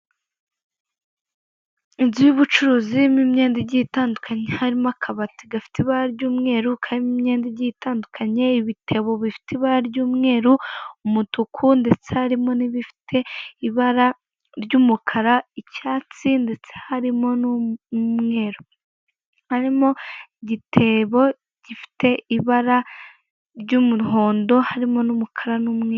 Inzu y'ubucuruzi irimo imyenda igiye itandukanye, harimo akabati gafite ibara ry'umweru karimo imyenda igiye itandukanye, ibitebo bifite ibara ry'umweru n'uumutuku, ndetse harimo n'ibifite ibara ry'umukara, icyatsi, ndetse harimo n'umweru. Harimo igitebo gifite ibara ry'umuhondo, harimo n'umukara n'umweru.